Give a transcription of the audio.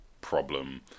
problem